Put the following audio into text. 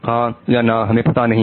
हां या ना हमें पता नहीं है